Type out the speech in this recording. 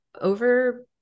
over